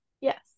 yes